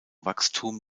wachstum